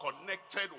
connected